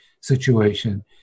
situation